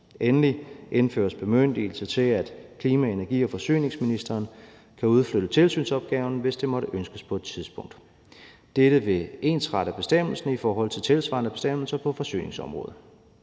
Endelig indføres bemyndigelse til, at klima-, energi- og forsyningsministeren kan udflytte tilsynsopgaven, hvis det måtte ønskes på et tidspunkt. Dette vil ensrette bestemmelsen i forhold til tilsvarende bestemmelser på forsyningsområdet.